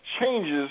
changes